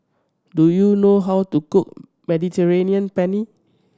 do you know how to cook Mediterranean Penne